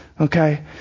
Okay